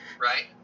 right